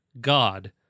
god